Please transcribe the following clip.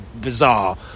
bizarre